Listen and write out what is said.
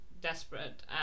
desperate